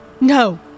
No